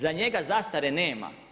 Za njega zastare nema.